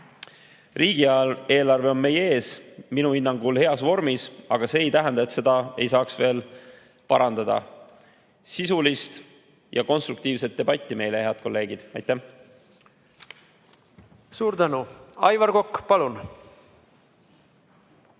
riik. Riigieelarve on meie ees, minu hinnangul heas vormis, aga see ei tähenda, et seda ei saaks veel parandada. Sisulist ja konstruktiivset debatti meile, head kolleegid! Aitäh! Häid sõnumeid on mul